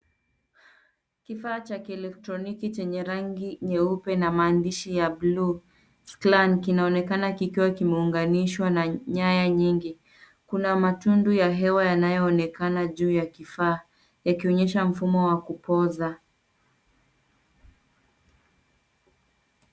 Kifaa cha ki elctroniki chenye rangi nyeupe na maandishi ya Blue Sclan kinaonekana kikiwa kimeunganishwa na nyanya nyingi. Kuna matundu ya hewa yanayo onekana juu ya kifaa, yakionyesha mfumo wa kupoza.